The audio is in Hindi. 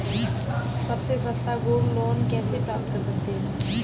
सबसे सस्ता गोल्ड लोंन कैसे प्राप्त कर सकते हैं?